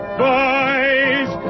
boys